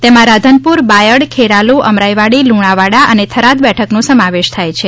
તેમાં રાધનપુર બાયડ ખેરાલુ અમરાઇવાડી લુણાવાડા અને થરાદ બેઠકોનો સમાવેશ થાય છે